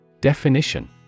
Definition